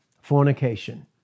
fornication